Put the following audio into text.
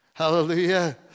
Hallelujah